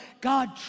God